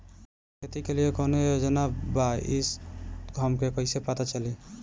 खेती के लिए कौने योजना बा ई हमके कईसे पता चली?